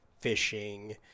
fishing